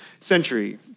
century